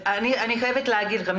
חייבת להגיד לך,